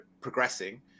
progressing